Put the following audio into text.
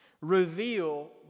reveal